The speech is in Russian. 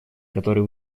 который